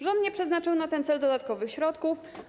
Rząd nie przeznacza na ten cel dodatkowych środków.